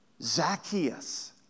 Zacchaeus